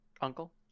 uncle